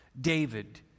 David